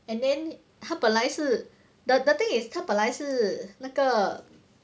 and then 他本来是 the the thing is 他本来是那个